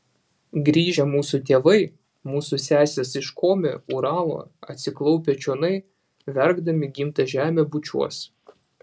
grįžę mūsų tėvai mūsų sesės iš komi uralo atsiklaupę čionai verkdami gimtą žemę bučiuos